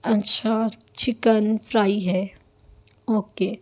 اچھا chicken fry ہے okay